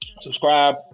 subscribe